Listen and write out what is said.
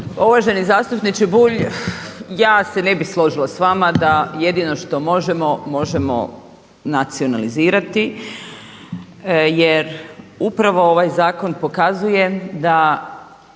Uvaženi zastupniče Bulj, ja se ne bi složila s vama da jedino što možemo, možemo nacionalizirati jer upravo ovaj zakon pokazuje da